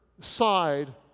side